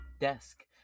desk